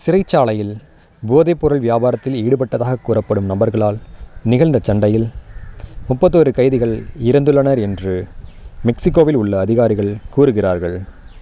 சிறைச்சாலையில் போதைப்பொருள் வியாபாரத்தில் ஈடுபட்டதாகக் கூறப்படும் நபர்களால் நிகழ்ந்த சண்டையில் முப்பத்தோரு கைதிகள் இறந்துள்ளனர் என்று மெக்சிகோவில் உள்ள அதிகாரிகள் கூறுகிறார்கள்